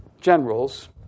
generals